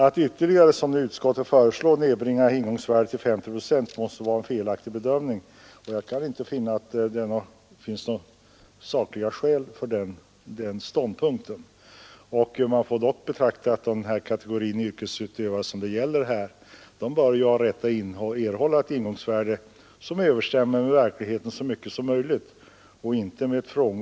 Att ytterligare nedbringa ingångsvärdet till 50 procent, som utskottet föreslår, måste vara en felaktig bedömning. Jag kan inte finna sakliga skäl för den ståndpunkten. Man måste beakta att den kategori yrkesutövare som det här gäller bör ha rätt till ett ingångsvärde som så mycket som möjligt överensstämmer med verkligheten.